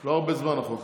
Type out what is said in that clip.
לכם גם חוק